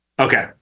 Okay